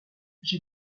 j’ai